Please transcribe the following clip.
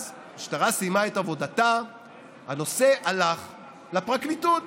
אז המשטרה סיימה את עבודתה והנושא עלה לפרקליטות.